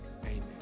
Amen